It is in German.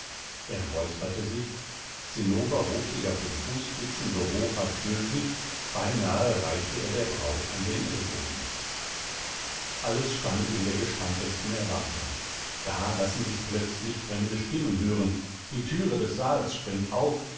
er räusperte sich zinnober hob sich auf den fußspitzen so hoch als möglich beinahe reichte er der braut an den ellbogen alles stand in der gespanntesten erwartung da lassen sich plötzlich fremde stimmen hören die türe des saals springt auf